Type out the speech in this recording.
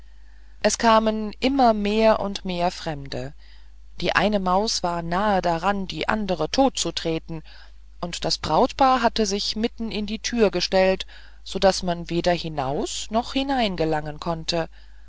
es kamen immer mehr und mehr fremde die eine maus war nahe daran die andere tot zu treten und das brautpaar hatte sich mitten in die thür gestellt sodaß man weder hinaus noch hinein gelangen konnte